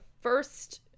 first